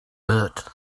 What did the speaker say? bert